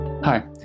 Hi